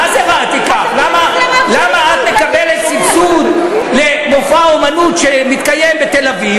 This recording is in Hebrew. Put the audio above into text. מה זה תיקח, אני אלך לרב שלי, הוא ייתן לי הכשר,